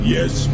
Yes